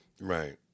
Right